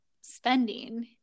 spending